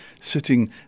sitting